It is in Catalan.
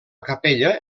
capella